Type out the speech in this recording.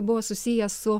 buvo susiję su